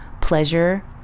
pleasure